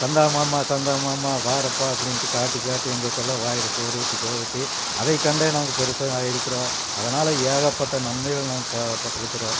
சந்தா மாமா சந்தா மாமா பாரப்பா அப்படின்ட்டு காட்டிக் காட்டி எங்களுக்கெல்லாம் வாயில் சோறூட்டி சோறூட்டி அதை கண்டு நாங்கள் பெருசாக ஆகிருக்குறோம் அதனால் ஏகப்பட்ட நன்மைகள் நான் ப பட்டிருக்குறோம்